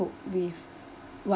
cope with what